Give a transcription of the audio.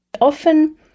Often